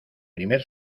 primer